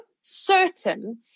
certain